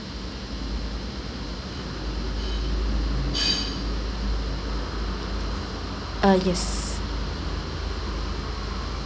uh yes